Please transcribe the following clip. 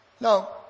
Now